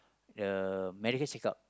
the medical checkup